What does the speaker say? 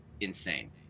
insane